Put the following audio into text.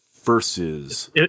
versus